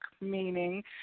meaning